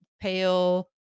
pale